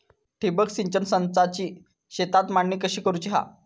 ठिबक सिंचन संचाची शेतात मांडणी कशी करुची हा?